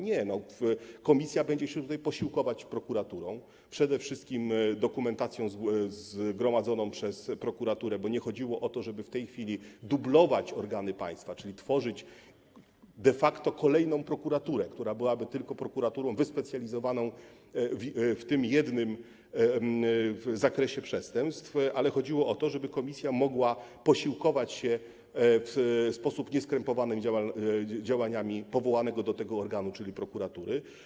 Nie, komisja będzie się posiłkować prokuraturą, przede wszystkim dokumentacją zgromadzoną przez prokuraturę, bo nie chodziło o to, żeby w tej chwili dublować organy państwa, czyli tworzyć de facto kolejną prokuraturę, która byłaby tylko prokuraturą wyspecjalizowaną w tym jednym zakresie przestępstw, ale chodziło o to, żeby komisja mogła posiłkować się w sposób nieskrępowany działaniami powołanego do tego organu, czyli prokuratury.